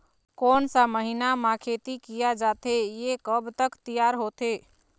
कोन सा महीना मा खेती किया जाथे ये कब तक तियार होथे?